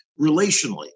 relationally